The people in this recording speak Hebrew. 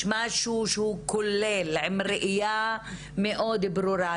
משהו שהוא כולל, עם ראייה מאוד ברורה.